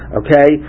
okay